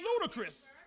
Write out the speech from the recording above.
ludicrous